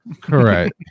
Correct